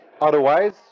Otherwise